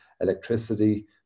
electricity